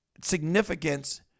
significance